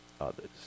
others